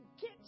get